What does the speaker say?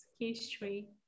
history